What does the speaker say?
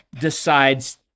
decides